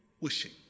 wishing